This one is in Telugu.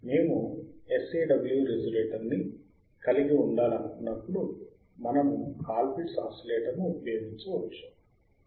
మేము SAW రేజోనేటర్ ని కలిగి ఉండాలనుకున్నప్పుడు మనము కాల్పిట్స్ ఆసిలేటర్ను ఉపయోగించవచ్చు